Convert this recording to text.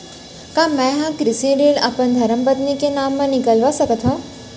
का मैं ह कृषि ऋण अपन धर्मपत्नी के नाम मा निकलवा सकथो?